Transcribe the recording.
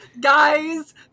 Guys